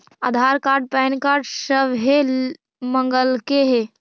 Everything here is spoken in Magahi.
आधार कार्ड पैन कार्ड सभे मगलके हे?